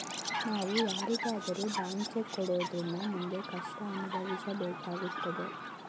ನಾವು ಯಾರಿಗಾದರೂ blank cheque ಕೊಡೋದ್ರಿಂದ ಮುಂದೆ ಕಷ್ಟ ಅನುಭವಿಸಬೇಕಾಗುತ್ತದೆ